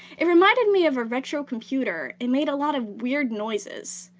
it reminded me of a retro computer. it made a lot of weird noises.